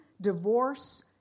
divorce